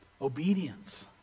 Obedience